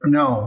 no